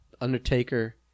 Undertaker